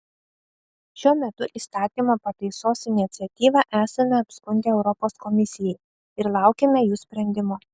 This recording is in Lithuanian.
šiuo metu įstatymo pataisos iniciatyvą esame apskundę europos komisijai ir laukiame jų sprendimo